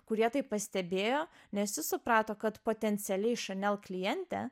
kurie tai pastebėjo nes jis suprato kad potencialiai chanel klientė